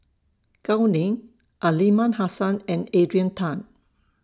Gao Ning Aliman Hassan and Adrian Tan